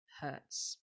hurts